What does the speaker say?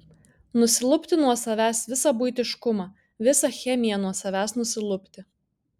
nusilupti nuo savęs visą buitiškumą visą chemiją nuo savęs nusilupti